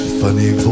funny